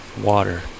water